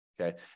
Okay